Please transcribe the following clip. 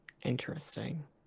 Interesting